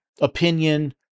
opinion